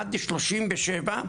עד 37,